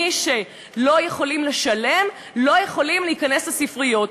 מי שלא יכולים לשלם לא יכולים להיכנס לספריות.